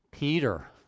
Peter